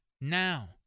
now